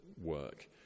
work